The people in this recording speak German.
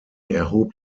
erhob